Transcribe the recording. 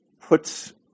puts